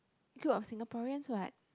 group of Singaporeans what